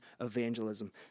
evangelism